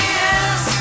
yes